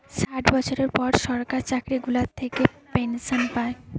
ষাট বছরের পর সরকার চাকরি গুলা থাকে পেনসন পায়